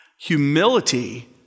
Humility